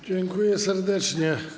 Dziękuję serdecznie.